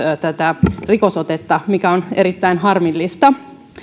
tätä rikostaustaotetta mikä on erittäin harmillista